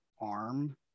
arm